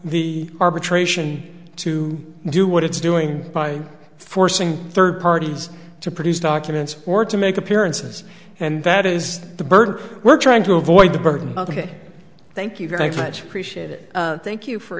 the arbitration to do what it's doing by forcing third parties to produce documents or to make appearances and that is the bird we're trying to avoid the burden ok thank you very much appreciate it thank you for